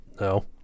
no